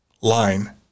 line